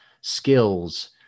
skills